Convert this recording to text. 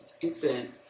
incident